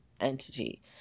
entity